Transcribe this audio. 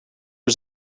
was